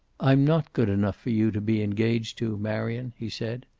i'm not good enough for you to be engaged to, marion, he said.